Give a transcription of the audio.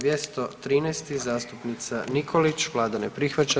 213. zastupnica Nikolić, vlada ne prihvaća.